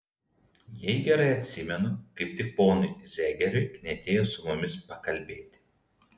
jei gerai atsimenu kaip tik ponui zegeriui knietėjo su mumis pakalbėti